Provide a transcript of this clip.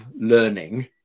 learning